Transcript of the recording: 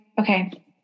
okay